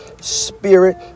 spirit